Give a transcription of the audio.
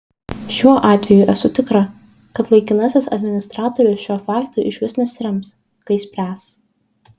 šiuo atveju esu tikra kad laikinasis administratorius šiuo faktu išvis nesirems kai spręs